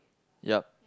yea